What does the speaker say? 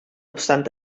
obstant